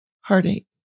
heartache